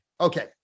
Okay